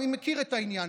אני מכיר את העניין,